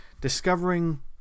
discovering